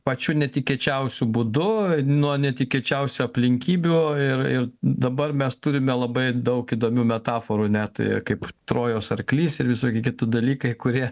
pačiu netikėčiausiu būdu nuo netikėčiausių aplinkybių ir ir dabar mes turime labai daug įdomių metaforų net kaip trojos arklys ir visoki kiti dalykai kurie